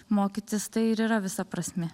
mokytis tai ir yra visa prasmė